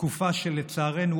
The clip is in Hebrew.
תקופה שלצערנו,